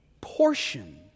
portion